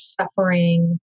suffering